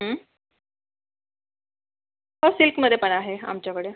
हो सिल्कमध्ये पण आहे आमच्याकडे